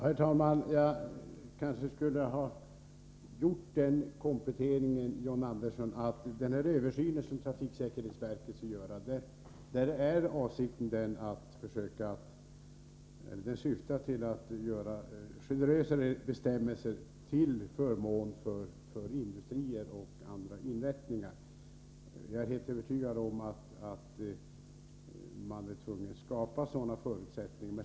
Herr talman! Jag kanske skulle ha gjort den kompletteringen, John Andersson, att syftet med trafiksäkerhetsverkets översyn är att göra generösare bestämmelser till förmån för industrier och andra inrättningar. Jag är helt övertygad om att man är tvungen att skapa sådana förutsättningar.